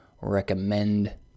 recommend